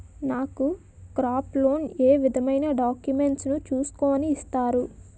నాకు crop loan ఏ విధమైన డాక్యుమెంట్స్ ను చూస్కుని ఇస్తారు?